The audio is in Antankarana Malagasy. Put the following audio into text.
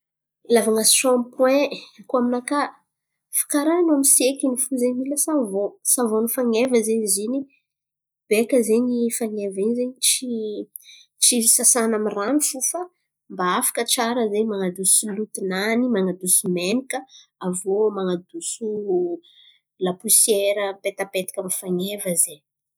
Ilàvan̈a sampoain koa aminakà, fa karà anao miseky iny fo zen̈y mila savòn. Savòn'ny fan̈eva zen̈y izy in̈y beka zen̈y fan̈eva iny zen̈y tsy tsy sasana amy rano fo. Fa mba afaka tsara zen̈y man̈adoso lotonany, man̈adoso menaka, aviô man̈adoso laposiaira mipetapetaka amy fan̈eva zen̈y.